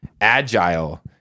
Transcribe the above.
agile